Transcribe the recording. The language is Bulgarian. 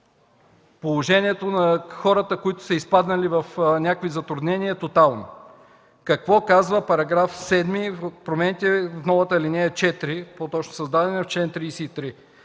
положението на хората, които са изпаднали в някои затруднения, тотално. Какво казва § 7 с промените и новата ал. 4, по-точно създадения чл. 33?